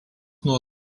nuo